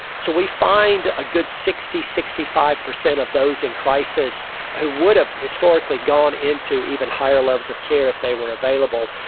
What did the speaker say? so we find a good sixty percent, sixty five percent of those in crisis who would have historically gone into even higher levels of care if they were available,